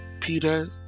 Peter